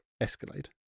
Escalade